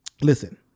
Listen